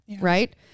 right